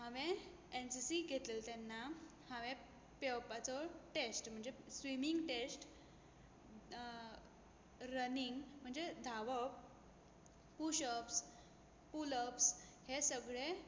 हांवें एनसीसी घेतलली तेन्ना हांवें पेंवपाचो टॅस्ट म्हणजे स्विमींग टॅस्ट रनींग म्हणजे धांवप पुशप्स पुलप्स हें सगळें